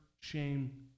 shame